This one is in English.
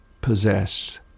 possess